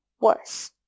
worse